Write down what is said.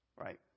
Right